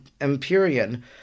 Empyrean